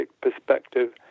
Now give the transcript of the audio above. perspective